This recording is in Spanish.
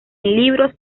libros